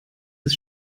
des